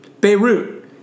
Beirut